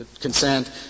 consent